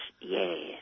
yes